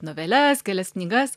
noveles kelias knygas